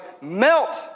melt